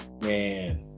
man